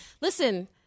listen